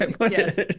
Yes